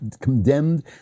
condemned